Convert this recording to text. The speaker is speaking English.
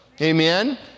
amen